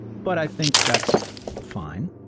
but i think that's fine.